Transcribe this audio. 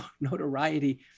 notoriety